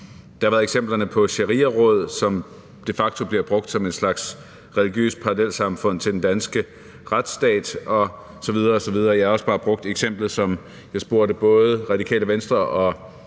Der har været eksemplerne på shariaråd, som de facto bliver brugt som en slags religiøse parallelsamfund til den danske retsstat osv. osv. Jeg har også brugt eksemplet, som jeg spurgte både Radikale Venstre og